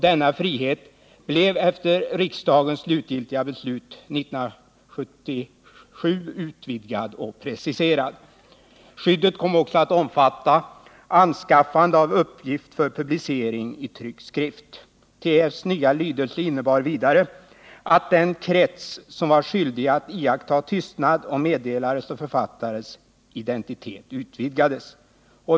Denna frihet blev efter riksdagens slutgiltiga beslut 1977 utvidgad och preciserad. Skyddet kom också att omfatta anskaffande av uppgift för publicering i tryckt skrift. Tryckfrihetsförordningens nya lydelse innebar vidare att den krets som var skyldig att iaktta tystnad om meddelares och författares identitet utvidgades.